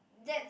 that's